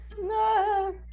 No